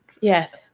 Yes